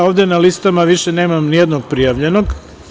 Ovde na listama više nemam nijednog prijavljenog.